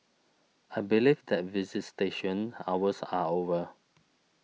I believe that visitation hours are over